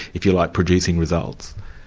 if you like, producing results?